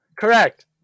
Correct